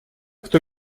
кто